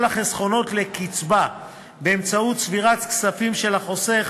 החסכונות לקצבה באמצעות צבירת כספים של החוסך